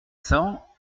cents